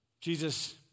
Jesus